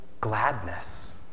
gladness